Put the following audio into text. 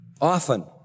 often